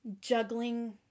juggling